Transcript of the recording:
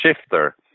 shifter